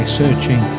searching